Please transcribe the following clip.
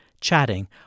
chatting